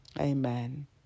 Amen